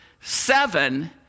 seven